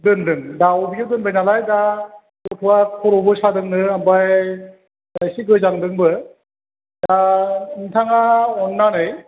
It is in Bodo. दोनदों दा अफिसाव दोनबाय नालाय दा गथ'आ खर'बो सादोंनो ओमफ्राय एसे गोजांदोंबो दा नोंथाङा अननानै